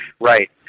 Right